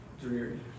dreary